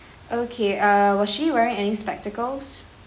okay uh were she wearing any spectacles